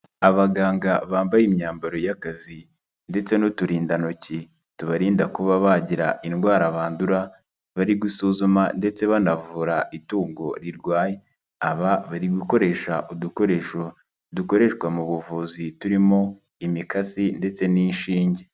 Abaganga bambaye imyambaro y'akazi ndetse n'uturindantoki tubarinda kuba bagira indwara bandura bari gusuzuma ndetse banavura itungo rirwaye, aba bari gukoresha udukoresho dukoreshwa mu buvuzi turimo imikasi ndetse n'inshinge.